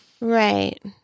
Right